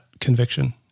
conviction